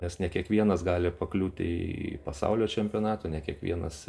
nes ne kiekvienas gali pakliūti į pasaulio čempionatą ne kiekvienas